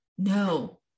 No